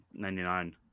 99